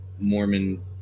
Mormon